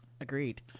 Agreed